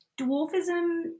dwarfism